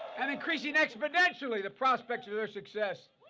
and increasing exponentially the prospects of the success.